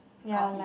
ya like